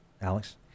Alex